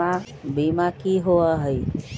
बीमा की होअ हई?